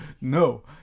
no